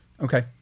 Okay